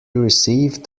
received